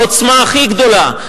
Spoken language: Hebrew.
העוצמה הכי גדולה,